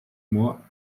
moi